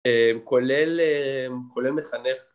כולל מחנך